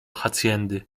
hacjendy